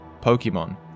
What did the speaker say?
Pokemon